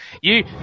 You-